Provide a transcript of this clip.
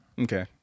Okay